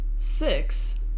Six